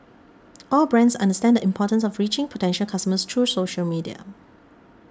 all brands understand the importance of reaching potential customers through social media